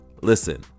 listen